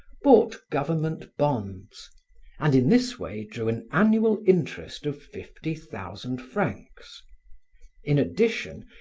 bought government bonds and in this way drew an annual interest of fifty thousand francs in addition,